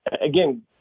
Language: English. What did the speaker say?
again